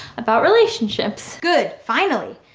about relationships. good, finally!